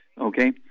Okay